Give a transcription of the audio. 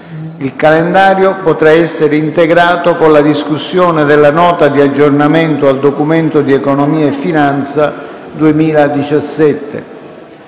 Il calendario potrà essere integrato con la discussione della Nota di aggiornamento al Documento di economia e finanza 2017.